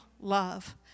love